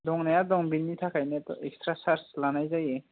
दंनाया दं बिनि थाखायनोथ' एक्सट्रा चार्ज लानाय जायो